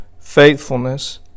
faithfulness